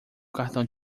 cartão